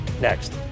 next